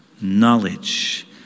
knowledge